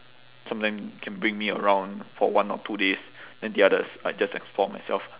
sometime can bring me around for one or two days then the others I just explore myself